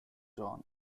john